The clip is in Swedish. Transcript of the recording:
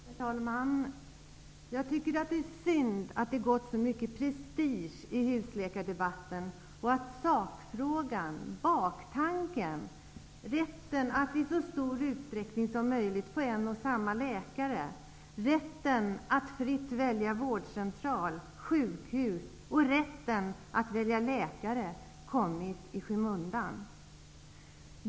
Herr talman! Jag tycker att det är synd att det gått så mycket prestige i husläkardebatten och att sakfrågan och tanken bakom -- rätten att i så stor utsträckning som möjligt få en och samma läkare och rätten att fritt välja vårdcentral, sjukhus och läkare -- kommit i skymundan.